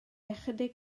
ychydig